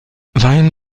weihen